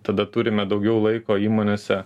tada turime daugiau laiko įmonėse